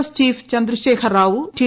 S chief Chandrashekar Rao T